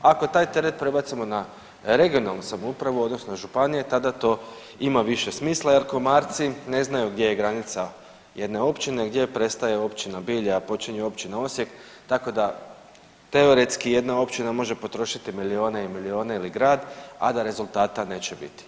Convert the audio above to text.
Ako taj teret prebacimo na regionalnu samoupravu, odnosno županije tada to ima više smisla jer komarci ne znaju gdje je granica jedne općine, gdje prestaje općina Bilje, a počinje općina Osijek, tako da teoretski jedna općina može potrošiti milijune i milijune ili grad, a da rezultata neće biti.